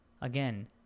again